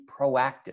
proactive